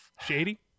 shady